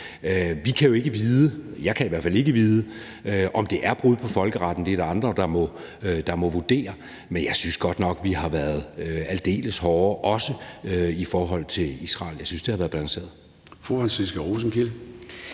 Vi kan jo ikke vide, jeg kan i hvert fald ikke vide, om det er brud på folkeretten – det er der andre, der må vurdere – men jeg synes godt nok, vi har været aldeles hårde, også i forhold til Israel. Jeg synes, det har været balanceret. Kl. 21:08 Formanden